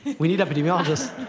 we need epidemiologists.